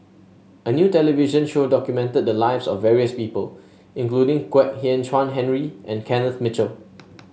a new television show documented the lives of various people including Kwek Hian Chuan Henry and Kenneth Mitchell